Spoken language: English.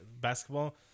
basketball